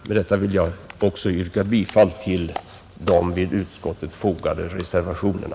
Med detta vill också jag yrka bifall till de vid betänkandet fogade reservationerna.